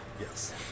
Yes